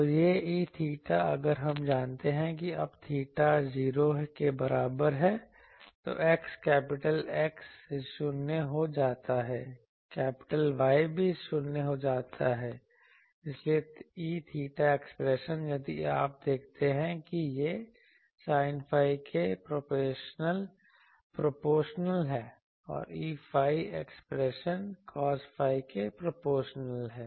तो यह E𝚹 अगर हम जानते हैं कि अब theta 0 के बराबर है तो X कैपिटल X 0 हो जाती है कैपिटल Y भी 0 हो जाती है इसलिए E𝚹 एक्सप्रेशन यदि आप देखते हैं कि यह sin phi के प्रोपोर्शनल है और Eϕ एक्सप्रेशन cos phi के प्रोपोर्शनल है